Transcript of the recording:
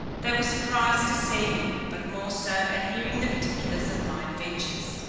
they were surprised to see me, but more so at hearing the particulars of my adventures.